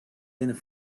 winnen